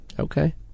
Okay